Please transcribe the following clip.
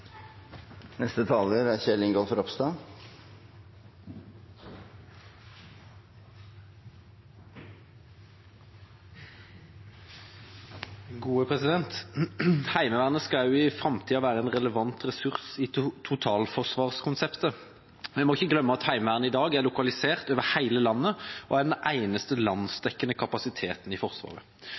Heimevernet skal også i framtida være en relevant ressurs i totalforsvarskonseptet. Vi må ikke glemme at Heimevernet i dag er lokalisert over hele landet og er den eneste landsdekkende kapasiteten i Forsvaret.